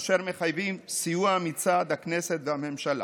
אשר מחייבים סיוע מצד הכנסת והממשלה.